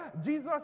Jesus